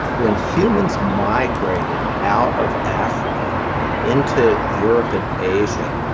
when humans migrated out of africa into europe and asia,